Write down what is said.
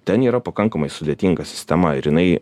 ten yra pakankamai sudėtinga sistema ir jinai